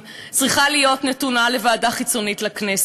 צריכה להיות נתונה לוועדה חיצונית לכנסת.